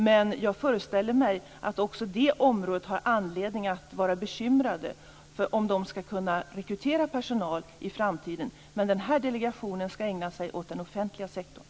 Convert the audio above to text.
Men jag föreställer mig att man också på det området har anledning att vara bekymrad för rekryteringen av personal i framtiden. Men den här delegationen skall ägna sig åt den offentliga sektorn.